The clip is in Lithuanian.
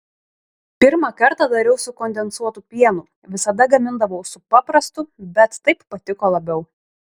pirmą kartą dariau su kondensuotu pienu visada gamindavau su paprastu bet taip patiko labiau